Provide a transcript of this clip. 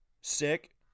sick